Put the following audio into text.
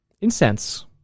incense